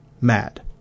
mad